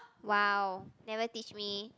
!wow! never teach me